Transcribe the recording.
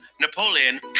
Napoleon